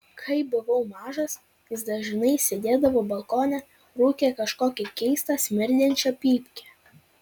kai buvau mažas jis dažnai sėdėdavo balkone rūkė kažkokią keistą smirdinčią pypkę